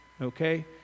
Okay